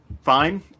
Fine